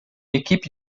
equipe